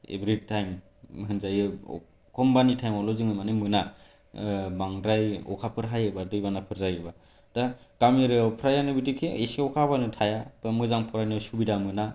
every time होनजायो अखनबानि टाइमावल' जोङो माने मोना बांद्राय अखाफोर हायोबा दै बाना जायोबा दा गामि एरियायाव फ्राय आनो बिदि एसे अखा हाबानो थाया दा मोजां फरायनो सुबिधा मोना